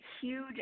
huge